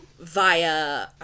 via